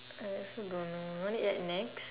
I also don't know want to eat at nex